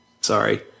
Sorry